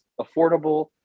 affordable